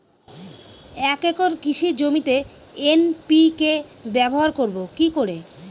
এক একর কৃষি জমিতে এন.পি.কে ব্যবহার করব কি করে?